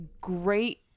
great